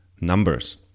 numbers